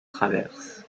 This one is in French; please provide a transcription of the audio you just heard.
traverse